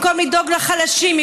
במקום לדאוג לחלשים,